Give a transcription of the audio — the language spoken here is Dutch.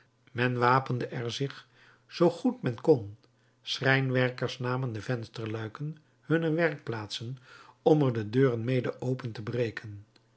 men wapende er zich zoogoed men kon schrijnwerkers namen de vensterluiken hunner werkplaatsen om er de deuren mede open te breken